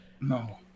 No